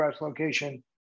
location